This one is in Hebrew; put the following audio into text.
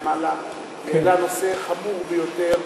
העלה נושא חמור ביותר,